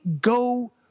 Go